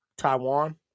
Taiwan